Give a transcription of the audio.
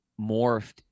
morphed